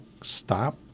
Stop